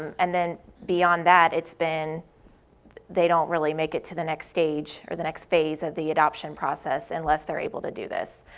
and then beyond that, it's been they don't really make it to the next stage or the next phase of the adoption process, unless they are able to do this.